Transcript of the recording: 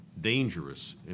Dangerous